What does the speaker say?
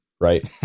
right